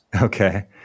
Okay